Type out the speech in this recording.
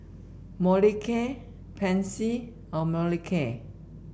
Molicare Pansy or Molicare